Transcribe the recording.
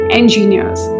engineers